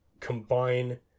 Combine